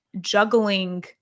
juggling